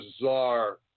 bizarre